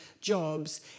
jobs